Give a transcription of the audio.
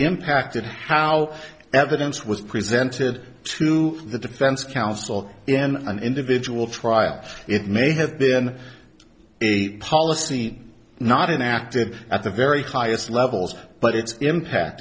impacted how evidence was presented to the defense counsel in an individual trial it may have been policy not in acted at the very highest levels but it